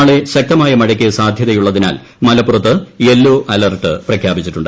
നാളെ ശക്തമായ മഴയ്ക്ക് സാധ്യതയുള്ളതിനാൽ മലപ്പുറത്ത് യെല്ലോ അലെർട്ട് പ്രഖ്യാപിച്ചിട്ടുണ്ട്